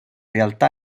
realtà